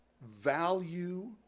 value